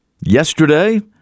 Yesterday